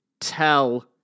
tell